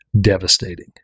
devastating